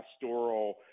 pastoral